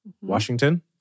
Washington